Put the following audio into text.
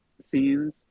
scenes